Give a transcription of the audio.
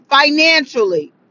financially